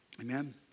Amen